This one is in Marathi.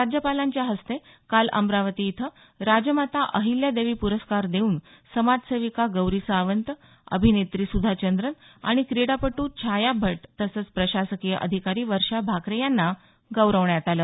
राज्यपालांच्या हस्ते काल अमरावती इथं राजमाता अहिल्यादेवी पुरस्कार देऊन समाजसेविका गौरी सावंत अभिनेत्री सुधा चंद्रन आणि क्रीडापटू छाया भट तसंच प्रशासकीय अधिकारी वर्षा भाकरे यांना गौरवण्यात आलं